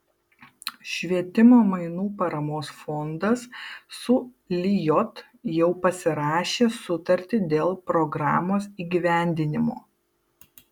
švietimo mainų paramos fondas su lijot jau pasirašė sutartį dėl programos įgyvendinimo